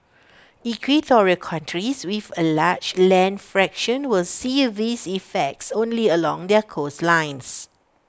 equatorial countries with A large land fraction will see these effects only along their coastlines